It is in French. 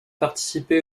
participé